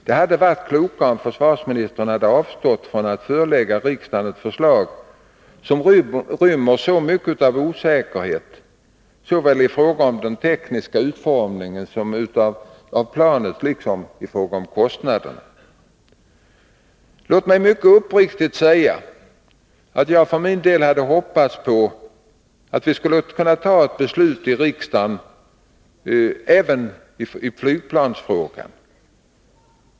Det hade varit klokare om försvarsministern hade avstått från att förelägga riksdagen ett förslag som rymmer .så mycket av osäkerhet såväl i fråga om den tekniska utformningen av planet som i fråga om kostnaderna. Låt mig uppriktigt säga att jag för min del hade hoppats att vi skulle kunna fatta ett beslut i riksdagen även i flygplansfrågan.